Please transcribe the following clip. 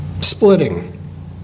splitting